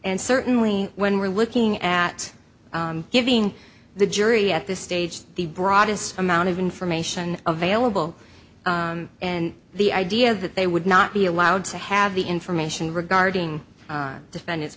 and certainly when we're looking at giving the jury at this stage the broadest amount of information available and the idea that they would not be allowed to have the information regarding defendants